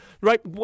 right